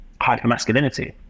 hyper-masculinity